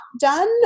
done